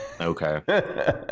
Okay